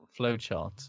flowchart